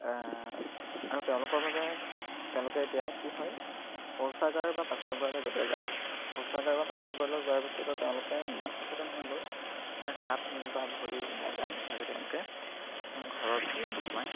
আৰু তেওঁলোকৰ বাবে তেওঁলোকে এতিয়া কি হয় শৌচাগাৰ বা পাছাবগাৰলৈ যেতিয়া যায় শৌচাগাৰ বা পাছাবগাৰলৈ যোৱাৰ পিছতো তেওঁলোকে ইমান সচেতন হৈ গ'ল যে হাত বা ভৰি বা গা নুধুৱাকৈ তেওঁলোকে ঘৰৰ ভিতৰলৈ নোসোমায়